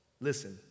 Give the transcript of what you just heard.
listen